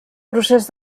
procés